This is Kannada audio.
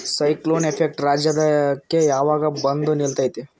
ಸೈಕ್ಲೋನ್ ಎಫೆಕ್ಟ್ ರಾಜ್ಯಕ್ಕೆ ಯಾವಾಗ ಬಂದ ನಿಲ್ಲತೈತಿ?